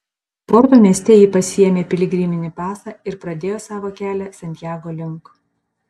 porto mieste ji pasiėmė piligriminį pasą ir pradėjo savo kelią santiago link